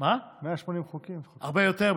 הרבה יותר,